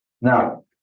Now